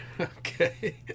okay